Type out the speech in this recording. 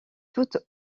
toutes